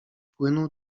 płynu